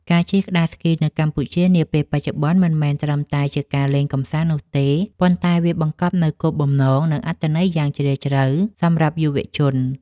ការជិះក្ដារស្គីនៅកម្ពុជានាពេលបច្ចុប្បន្ន មិនមែនត្រឹមតែជាការលេងកម្សាន្តនោះទេ ប៉ុន្តែវាបង្កប់នូវគោលបំណង និងអត្ថន័យយ៉ាងជ្រាលជ្រៅសម្រាប់យុវជន។